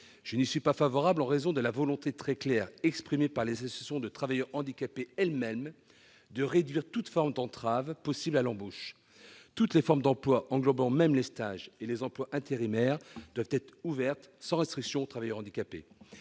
à l'amendement n° 389, en raison de la volonté très claire exprimée par les associations de travailleurs handicapés elles-mêmes de réduire toute forme d'entrave possible à l'embauche. Toutes les formes d'emploi, englobant même les stages et les emplois intérimaires, doivent être ouvertes sans restriction aux travailleurs handicapés.